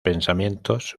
pensamientos